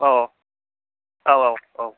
अ औ औ औ